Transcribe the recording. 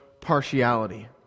partiality